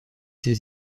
des